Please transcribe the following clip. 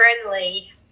friendly